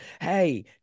hey